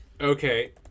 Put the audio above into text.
Okay